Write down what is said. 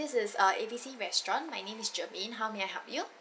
this is uh A B C restaurant my name is germaine how may I help you